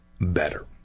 better